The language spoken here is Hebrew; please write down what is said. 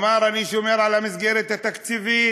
אמר: אני שומר על המסגרת התקציבית,